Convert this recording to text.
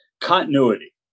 continuity